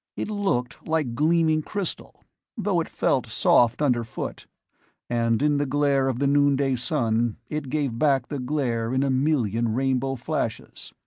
it looked like gleaming crystal though it felt soft underfoot and in the glare of the noonday sun, it gave back the glare in a million rainbow flashes.